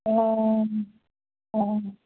ꯑꯣ ꯑꯣ